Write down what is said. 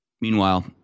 Meanwhile